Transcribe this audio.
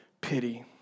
pity